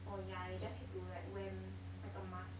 oh yeah you just have to like wear 那个 mask